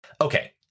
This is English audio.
Okay